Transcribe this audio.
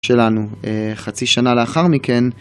שלנו חצי שנה לאחר מכן.